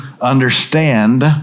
understand